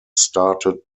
started